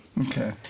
Okay